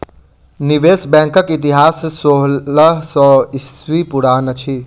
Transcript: निवेश बैंकक इतिहास सोलह सौ ईस्वी पुरान अछि